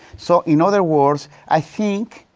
so, in other words, i think.